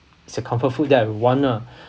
it's a comfort food that I want lah